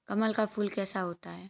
कमल का फूल कैसा होता है?